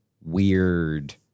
weird